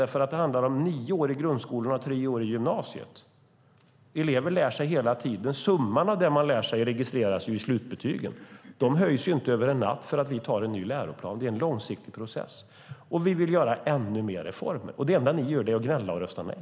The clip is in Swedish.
Det handlar om nio år i grundskolan och tre år i gymnasiet. Elever lär sig hela tiden. Summan av det man lär sig registreras i slutbetygen. De höjs inte över en natt för att vi beslutar om en ny läroplan. Det är en långsiktig process. Vi vill göra ännu mer reformer. Det enda ni gör är att gnälla och rösta nej.